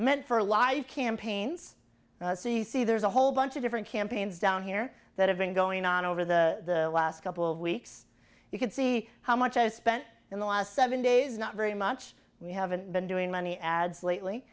meant for live campaigns c c there's a whole bunch of different campaigns down here that have been going on over the last couple of weeks you can see how much i spent in the last seven days not very much we haven't been doing many ads lately